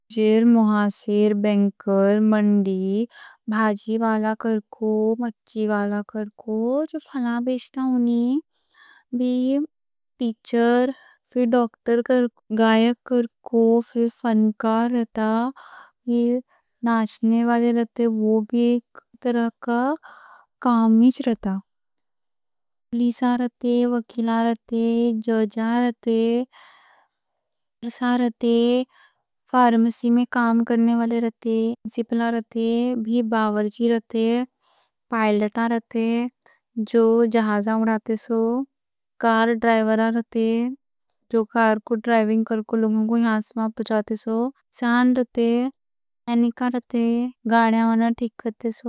جی، محاسب، بینکر، منڈی بھاجی والا کرکو، مچھی والا کرکو، جو پھلّا بیچتا ہونی، بھی ٹیچر، پھر ڈاکٹر کرکو۔ گائک کرکو، پھر فنکار رتا، پھر ناچنے والے رتے، وہ بھی ایک طرح کا کام ایچ رتا۔ پولیساں رتے، وکیلہ رتے، ججاں رتے، پرساں رتے، فارمیسی میں کام کرنے والے رتے، ڈسپنسر رتے، بھی باورچی رتے، پائلٹاں رتے، جو جہازاں اُڑاتے سو۔ کار ڈرائیوراں رتے، جو کار کو ڈرائیونگ کرکو لوگوں کو پُہچاتے سو، سانڈ رتے، مکینک رتے، گاڑیاں رتے ٹھیک کرتے سو۔